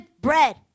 bread